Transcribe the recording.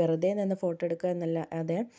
വെറുതെ നിന്ന് ഫോട്ടോ എടുക്കുന്നതല്ലാതേ